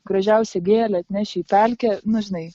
gražiausią gėlę atneši į pelkę nu žinai